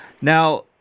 Now